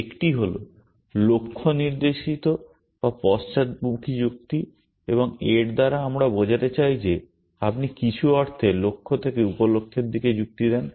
একটি হল লক্ষ্য নির্দেশিত বা পশ্চাদমুখী যুক্তি এবং এর দ্বারা আমরা বোঝাতে চাই যে আপনি কিছু অর্থে লক্ষ্য থেকে উপ লক্ষ্যের দিকে যুক্তি দেন